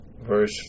verse